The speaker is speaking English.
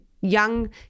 young